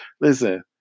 Listen